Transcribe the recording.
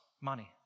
money